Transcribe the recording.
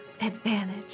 advantage